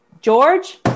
George